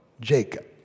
Jacob